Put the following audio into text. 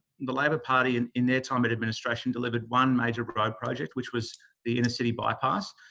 the labor party, and in their time in administration, delivered one major road project, which was the inner-city bypass.